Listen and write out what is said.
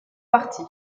parti